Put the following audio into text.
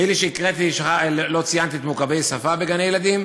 באלה שהקראתי לא ציינתי את מורכבי שפה בגני-ילדים,